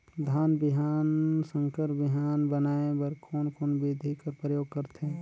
धान बिहान ल संकर बिहान बनाय बर कोन कोन बिधी कर प्रयोग करथे?